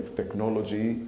technology